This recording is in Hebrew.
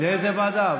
לאיזו ועדה?